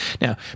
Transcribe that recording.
Now